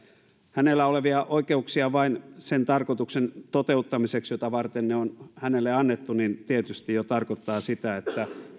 hänellä olevia oikeuksiaan vain sen tarkoituksen toteuttamiseksi jota varten ne on hänelle annettu se tietysti jo tarkoittaa sitä että tällaisia